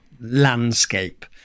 landscape